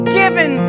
given